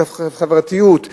את החברתיות,